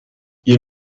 ihr